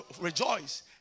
Rejoice